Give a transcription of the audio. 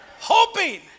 hoping